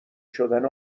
شدن